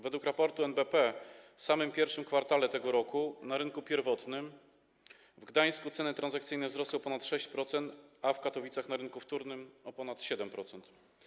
Według raport NBP w samym I kwartale tego roku na rynku pierwotnym w Gdańsku ceny transakcyjne wzrosły o ponad 6%, a w Katowicach na rynku wtórnym - o ponad 7%.